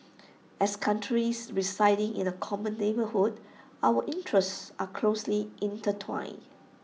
as countries residing in the common neighbourhood our interests are closely intertwined